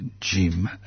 Jim